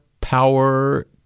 power